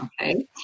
okay